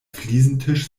fliesentisch